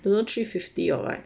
don't know three fifty or what